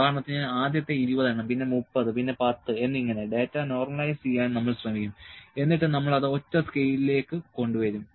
ഉദാഹരണത്തിന് ആദ്യത്തെ 20 എണ്ണം പിന്നെ 30 പിന്നെ 10 എന്നിങ്ങനെ ഡാറ്റ നോർമലൈസ് ചെയ്യാൻ നമ്മൾ ശ്രമിക്കും എന്നിട്ട് നമ്മൾ അത് ഒറ്റ സ്കെയിലിലേക്ക് കൊണ്ടുവരും